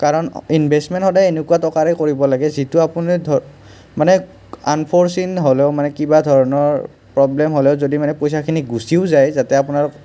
কাৰণ ইনভেচমেণ্ট সদায় এনেকুৱা টকাৰে কৰিব লাগে যিটো আপুনি ধৰ মানে আনফৰচিন হ'লেও মানে কিবা ধৰণৰ প্ৰবলেম হ'লেও যদি মানে পইচাখিনি গুচিও যায় যাতে আপোনাৰ